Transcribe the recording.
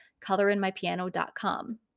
colorinmypiano.com